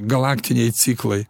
galaktiniai ciklai